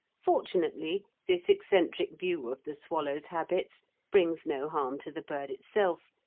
fortunately this eccentric view of the swallow's habits brings no harm to the bird itself,